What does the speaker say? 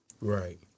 Right